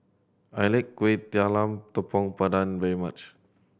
I like Kuih Talam Tepong Pandan very much